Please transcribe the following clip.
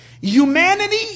Humanity